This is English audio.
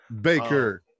Baker